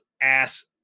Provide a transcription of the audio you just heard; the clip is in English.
ass